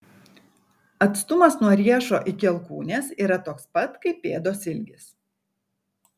atstumas nuo riešo iki alkūnės yra toks pat kaip pėdos ilgis